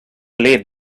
late